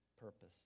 purpose